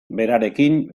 berarekin